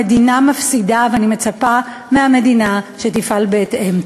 המדינה מפסידה, ואני מצפה מהמדינה שתפעל בהתאם.